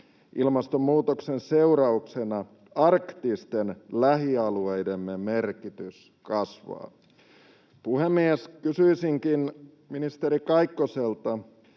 Ilmastonmuutoksen seurauksena arktisten lähialueidemme merkitys kasvaa. Puhemies! Kysyisinkin ministeri Kaikkoselta: